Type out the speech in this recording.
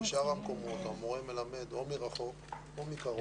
בשאר המקומות המורה מלמד או מרחוק או מקרוב.